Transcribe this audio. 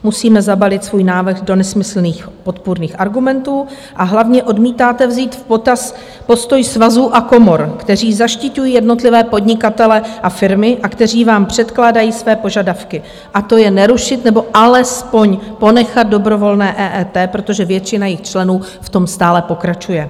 Musíme zabalit svůj návrh do nesmyslných podpůrných argumentů a hlavně odmítáte vzít v potaz postoj svazů a komor, které zaštiťují jednotlivé podnikatele a firmy a které vám předkládají své požadavky, a to je nerušit, nebo alespoň ponechat dobrovolné EET, protože většina jejich členů v tom stále pokračuje.